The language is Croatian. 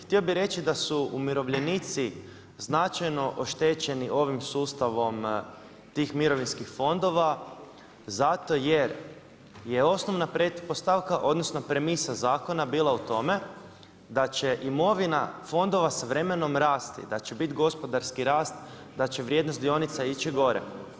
Htio bih reći da su umirovljenici značajno oštećeni ovim sustavom tih mirovinskih fondova, zato jer je osnovna pretpostavka odnosno premisa zakona bila u tome da će imovina fondova s vremenom rasti, da će biti gospodarski rast, da će vrijednost dionica ići gore.